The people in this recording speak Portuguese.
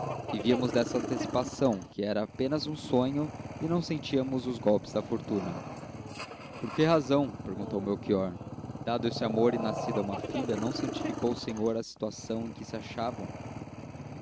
vivíamos dessa antecipação que era apenas um sonho e não sentíamos os golpes da fortuna por que razão perguntou melchior dado esse amor e nascida uma filha não santificou o senhor a situação em que se achavam